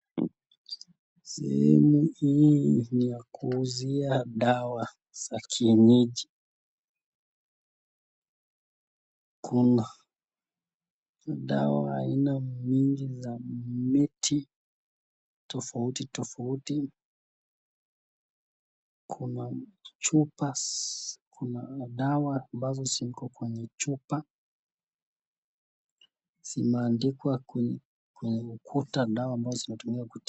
Sehemu hii ni ya kuuzia dawa ya kienyeji ,kuna dawa aina mingi za miti tofauti tofauti ,kuna chupa, kuna dawa ambazo ziko kwenye chupa zimeandikwa , zimeandikwa kwenye ukuta dawa.